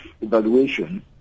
evaluation